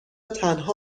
تنها